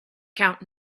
count